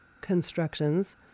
constructions